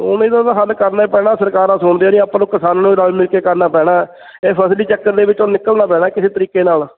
ਉਵੇਂ ਦਾ ਤਾਂ ਹੱਲ ਕਰਨਾ ਪੈਣਾ ਸਰਕਾਰਾਂ ਸੁਣਦੀਆਂ ਨਹੀਂ ਆਪਾਂ ਨੂੰ ਕਿਸਾਨਾਂ ਨੂੰ ਰਲ ਮਿਲ ਕੇ ਕਰਨਾ ਪੈਣਾ ਇਹ ਫਸਲੀ ਚੱਕਰ ਦੇ ਵਿੱਚੋਂ ਨਿਕਲਣਾ ਪੈਣਾ ਕਿਸੇ ਤਰੀਕੇ ਨਾਲ